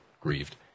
grieved